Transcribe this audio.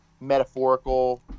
Metaphorical